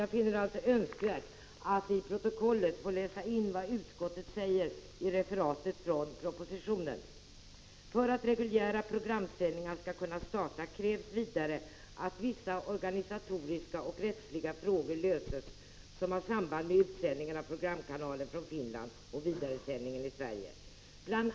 Jag finner det alltså önskvärt att till protokollet få läsa in vad utskottet säger i referatet av propositionen: ”För att reguljära programsändningar skall kunna starta krävs vidare att vissa organisatoriska och rättsliga frågor löses som har samband med utsändningen av programkanalen från Finland och vidaresändningen i Sverige. Bl.